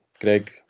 Greg